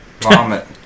Vomit